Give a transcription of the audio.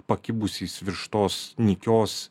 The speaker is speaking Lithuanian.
pakibusiais virš tos nykios